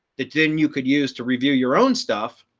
that then you could use to review your own stuff.